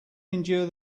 endure